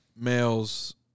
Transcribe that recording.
Males